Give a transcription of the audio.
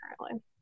currently